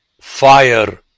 fire